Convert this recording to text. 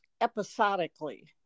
episodically